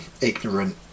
ignorant